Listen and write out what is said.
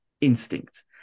instinct